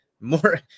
more